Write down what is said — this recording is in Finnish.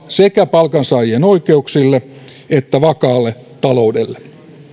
sekä palkansaajien oikeuksille että vakaalle taloudelle